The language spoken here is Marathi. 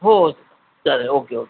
हो चालेल ओके ओके